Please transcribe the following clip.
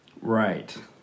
Right